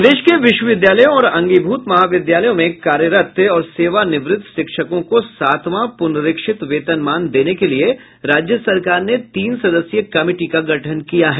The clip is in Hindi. प्रदेश के विश्वविद्यालयों और अंगीभूत महाविद्यालयों में कार्यरत और सेवा निवृत शिक्षकों को सातवां पुनरीक्षित वेतनमान देने के लिये राज्य सरकार ने तीन सदस्यीय कमिटी का गठन किया है